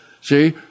see